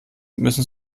müssen